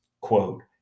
quote